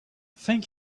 thank